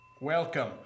Welcome